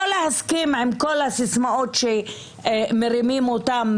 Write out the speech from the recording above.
לא להסכים עם כל הסיסמאות שמרימים אותן